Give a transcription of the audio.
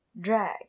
drag